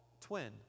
twin